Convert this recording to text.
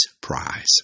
prize